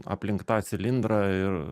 aplink tą cilindrą ir